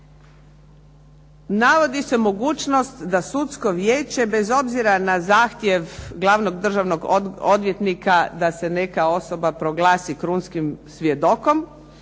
Navodi se mogućnost da sudsko vijeće, bez obzira na zahtjev glavnog državnog odvjetnika da se neka osoba proglasi krunskim svjedokom,